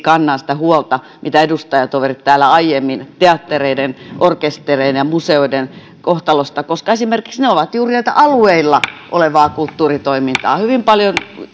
kannan sitä huolta mitä edustajatoveritkin täällä aiemmin teattereiden orkestereiden ja museoiden kohtalosta koska esimerkiksi ne ovat juuri tätä alueilla olevaa kulttuuritoimintaa hyvin paljon